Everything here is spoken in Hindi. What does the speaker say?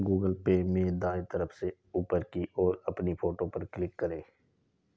गूगल पे में दाएं तरफ ऊपर की ओर अपनी फोटो पर क्लिक करें